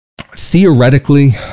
theoretically